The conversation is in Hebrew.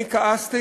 אני כעסתי